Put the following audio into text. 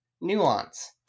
nuance